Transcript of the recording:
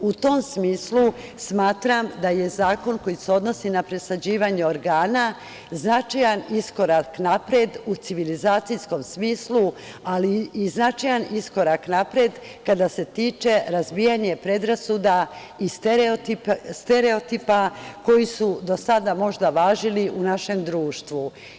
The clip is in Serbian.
U tom smislu smatram da je zakon koji se odnosi na presađivanje organa značajan iskorak napred u civilizacijskom smislu, ali i značajan iskorak napred kada se tiče razbijanja predrasuda i stereotipa koji su do sada možda važili u našem društvu.